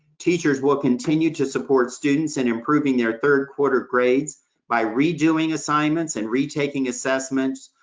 teachers will continue to support students and in approving their third quarter grades by redoing assignments and retaking assessments,